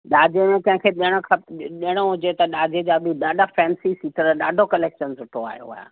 ॾाजे में में कंहिं खे ॾियण ख ॾियणो हुजे त ॾाजे जा बि ॾाढा फ़ैंसी सीटर ॾाढो कलेक्शन सुठो आयो आहे